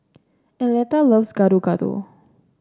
Arletta loves Gado Gado